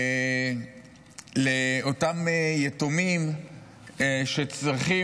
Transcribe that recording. לאותם יתומים שצריכים,